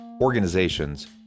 organizations